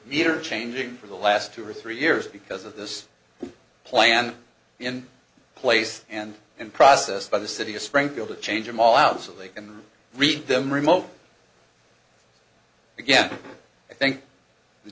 either changing for the last two or three years because of this plan in place and in process by the city of springfield to change them all out so they can reach them remote again i think the